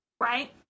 right